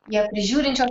ją prižiūrinčio